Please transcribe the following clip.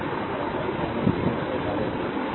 और यह 05 i 0 है तो यह करंट 05 i 0 भी दर्ज करता है